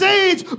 age